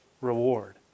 reward